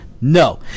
No